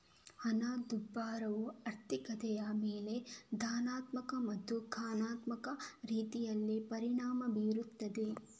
ಹಣದುಬ್ಬರವು ಆರ್ಥಿಕತೆಯ ಮೇಲೆ ಧನಾತ್ಮಕ ಮತ್ತು ಋಣಾತ್ಮಕ ರೀತಿಯಲ್ಲಿ ಪರಿಣಾಮ ಬೀರುತ್ತದೆ